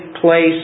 place